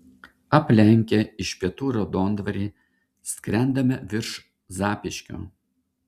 aplenkę iš pietų raudondvarį skrendame virš zapyškio